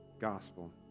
gospel